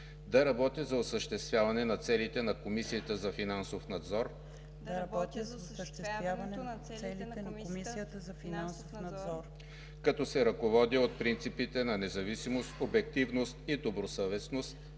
да работя за осъществяване на целите на Комисията за финансов надзор, като се ръководя от принципите на независимост, обективност и добросъвестност